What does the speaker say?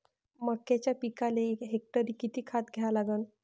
मक्याच्या पिकाले हेक्टरी किती खात द्या लागन?